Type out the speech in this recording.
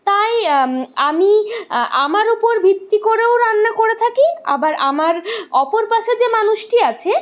তাই আমি আমার উপর ভিত্তি করেও রান্না করে থাকি আবার আমার অপর পাশে যে মানুষটি আছে